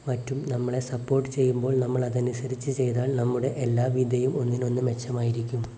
മറ്റും നമ്മളെ സപ്പോർട്ട് ചെയ്യുമ്പോൾ നമ്മൾ അതിനനുസരിച്ച് ചെയ്താൽ നമ്മുടെ എല്ലാ വിധയും ഒന്നിനൊന്ന് മെച്ചമായിരിക്കും